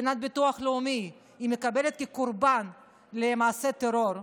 מבחינת ביטוח לאומי כקורבן של מעשה טרור,